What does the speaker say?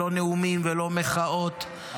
לא נאומים ולא מחאות,